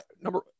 number